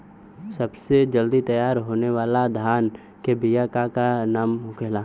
सबसे जल्दी तैयार होने वाला धान के बिया का का नाम होखेला?